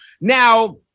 now